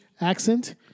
accent